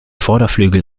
vorderflügel